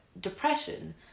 depression